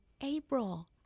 April